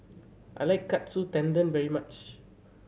I like Katsu Tendon very much